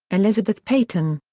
elizabeth peyton.